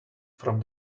from